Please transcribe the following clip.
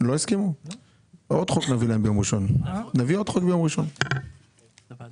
על שותפות, ואני